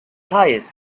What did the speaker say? tires